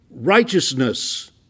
Righteousness